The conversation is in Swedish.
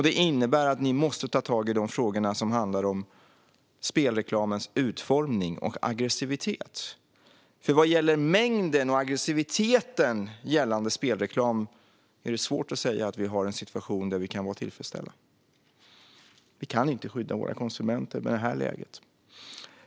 Det innebär att ni måste ta tag i de frågor som handlar om spelreklamens utformning och aggressivitet. Vad gäller mängden av och aggressiviteten hos spelreklamen är det nämligen svårt att säga att vi har en situation där vi kan vara tillfredsställda. Vi kan inte skydda våra konsumenter i det här läget.